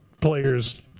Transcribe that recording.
players